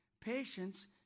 Patience